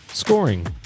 Scoring